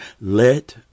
Let